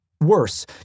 Worse